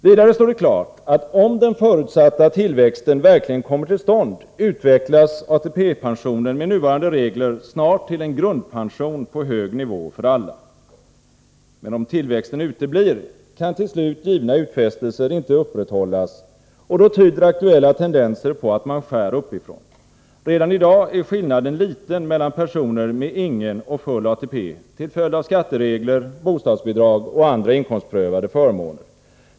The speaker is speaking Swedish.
Vidare står det klart att om den förutsatta tillväxten verkligen kommer till stånd, utvecklas ATP-pensionen med nuvarande regler snart till en grundpension på hög nivå för alla. Men om tillväxten uteblir kan till slut givna utfästelser inte upprätthållas, och då tyder aktuella tendenser på att man skär uppifrån. Redan i dag är skillnaden liten mellan personer med ingen och full ATP till följd av skatteregler, bostadsbidrag och andra inkomstprövade förmåner.